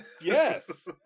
Yes